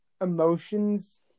emotions